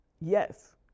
Yes